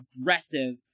aggressive